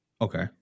okay